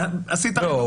לא.